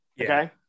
Okay